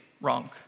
wrong